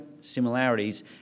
similarities